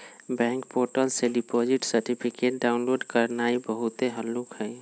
bank portal से deposit certificate download करनाइ बहुते हल्लुक हइ